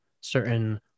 certain